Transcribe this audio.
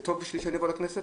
זה טוב בשבילי שאני אבוא לכנסת?